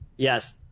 yes